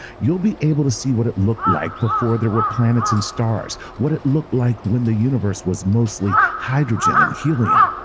you'll be able to see what it looked like before there were planets and stars, what it looked like when the universe was mostly hydrogen and helium.